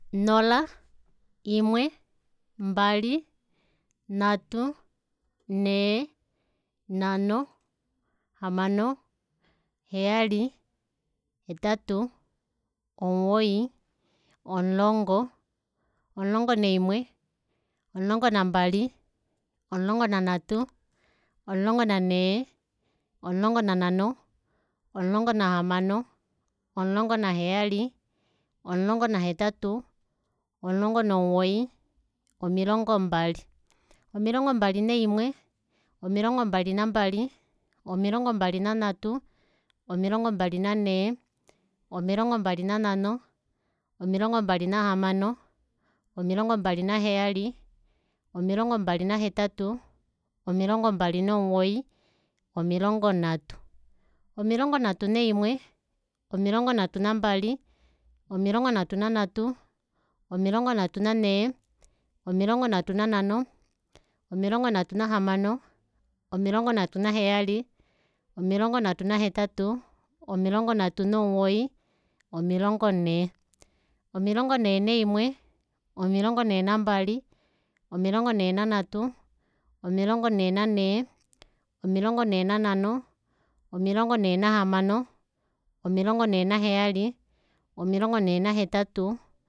Nhola imwe mbali nhatu nhee nhano hamano heyali hetatu omugoyi omulongo omulongo naimwe omulongo nambali omulongo nanhatu omulongo nanhee omulongo nanhano omulongo nahamano omulongo naheyali omulongo nahetatu omulongo nomugoyi omilongo mbali omilongo mbali naimwe omilongo mbali nambali omilongo mbali nanhatu omilongo mbali nanhee omilongo mbali nanhano omilongo mbali nahamano omilongo mbali naheyali omilongo mbali nahetatu omilongo mbal nomugoyi omilongo nhatu omilongo nhatu naimwe omilongo nhatu nambali omilongo nhatu nanhatu omilongo nhatu nanhee omilongo nhatu nanhano omilongo nhatu nahamano omilongo nhatu naheyali omilongo nhatu nahetatu omilongo nhatu nomugoyi omilongo nhee omilongo nhee naimwe omilongo nhee nambali omilongo nhee nanhatu omilongo nhee nanhee omilongo nhee nanhano omilongo nhee nahamano omilongo nhee naheyali omilongo nhee nahetatu omilongo nhee nomugoyi omilongo nhano omilongo nhano naimwe omilongo nhano nambali omilongo nhano nanhatu omilongo nhano nanhee omilongo nhano nanhano omilongo nhano nahamano omilongo nhano naheyali omilongo nhano nahetatu